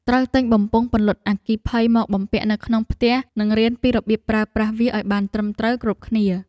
ត្រូវទិញបំពង់ពន្លត់អគ្គិភ័យមកបំពាក់នៅក្នុងផ្ទះនិងរៀនពីរបៀបប្រើប្រាស់វាឱ្យបានត្រឹមត្រូវគ្រប់គ្នា។